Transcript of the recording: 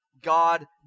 God